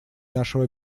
нашего